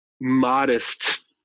modest